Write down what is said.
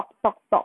talk talk talk